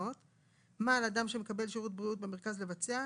מה על אדם שמקבל שירות בריאות במרכז לבצע,